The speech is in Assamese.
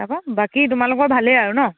তাৰপৰা বাকী তোমালোকৰ ভালেই আৰু ন